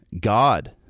God